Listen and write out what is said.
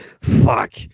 Fuck